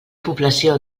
població